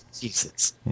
Jesus